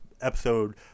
episode